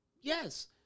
yes